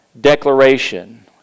declaration